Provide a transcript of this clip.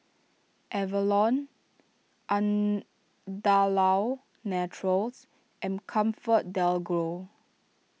Avalon Andalou Naturals and ComfortDelGro